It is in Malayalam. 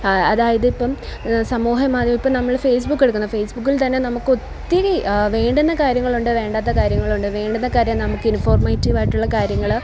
അതായത് ഇപ്പം സമൂഹ മാധ്യമം ഇപ്പോൾ നമ്മൾ ഫേസ്ബുക്ക് എടുക്കുന്നു ഫേസ്ബുക്കിൽ തന്നെ നമ്മൾക്ക് ഒത്തിരി വേണ്ടുന്ന കാര്യങ്ങൾ ഉണ്ട് വേണ്ടാത്ത കാര്യങ്ങളുമുണ്ട് വേണ്ടുന്ന കാര്യം നമുക്ക് ഇൻഫോർമേറ്റീവ് ആയിട്ടുള്ള കാര്യങ്ങൾ